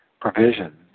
provision